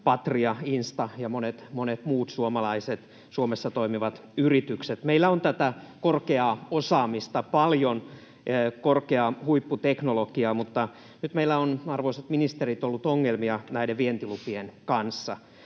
Patria, Insta ja monet, monet muut suomalaiset, Suomessa toimivat yritykset. Meillä on tätä korkeaa osaamista paljon, korkeaa huipputeknologiaa, mutta nyt meillä on, arvoisat ministerit, ollut ongelmia näiden vientilupien kanssa.